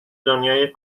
دنیای